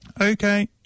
Okay